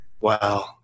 Wow